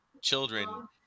children